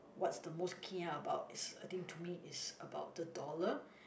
what's the most kia about is I think to me is about the dollar